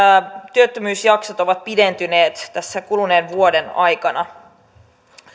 työttömyysjaksot ovat pidentyneet tässä kuluneen vuoden aikana